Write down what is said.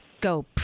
go